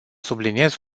subliniez